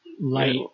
Light